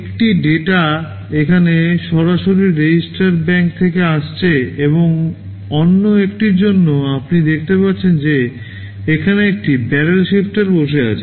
একটি ডেটা এখানে সরাসরি রেজিস্টার ব্যাংক থেকে আসছে এবং অন্য একটির জন্য আপনি দেখতে পাচ্ছেন যে এখানে একটি ব্যারেল শিফটার বসে আছে